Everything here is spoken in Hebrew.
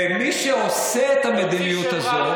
ומי שעושה את המדיניות הזאת,